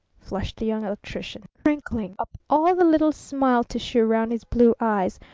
flushed the young electrician, crinkling up all the little smile-tissue around his blue eyes.